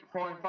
point